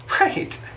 Right